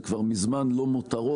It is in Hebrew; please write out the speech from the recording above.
זה כבר מזמן לא מותרות.